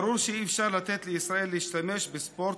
ברור שאי-אפשר לתת לישראל להשתמש בספורט